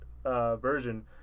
Version